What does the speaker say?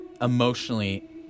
emotionally